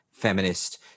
feminist